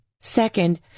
Second